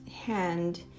hand